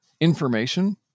information